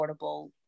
affordable